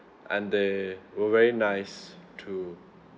and they were very nice too